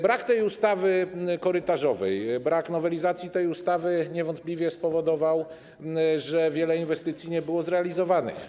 Brak ustawy korytarzowej, brak nowelizacji tej ustawy niewątpliwie spowodował, że wiele inwestycji nie było zrealizowanych.